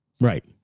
Right